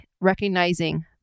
recognizing